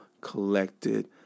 collected